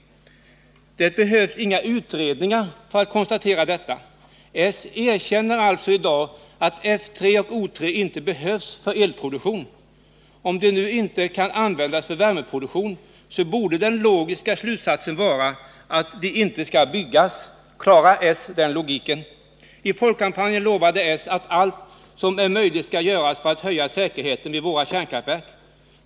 Det behövs inga utredningar för att konstatera detta. Socialdemokraterna erkänner alltså i dag att F 3 och O 3 inte behövs för elproduktion. Om de nu inte kan användas för värmeproduktion, borde den logiska slutsatsen vara att de inte byggs. Klarar socialdemokraterna den logiken? I folkomröstningen lovade socialdemokraterna att allt som är möjligt skall göras för att höja säkerheten vid våra kärnkraftverk.